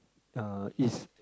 uh it's